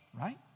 right